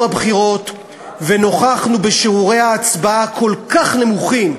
הבחירות ונוכחנו בשיעורי ההצבעה הכל-כך נמוכים,